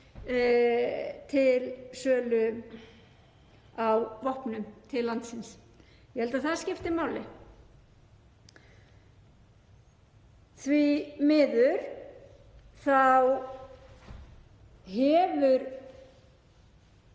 til sölu á vopnum til landsins. Ég held að það skipti máli. Því miður hefur